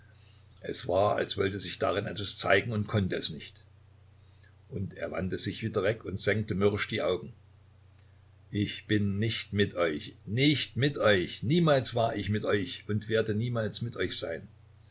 es war als wollte sich darin etwas zeigen und könnte es nicht und er wandte sich wieder weg und senkte mürrisch die augen ich bin nicht mit euch nicht mit euch niemals war ich mit euch und werde niemals mit euch sein